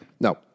No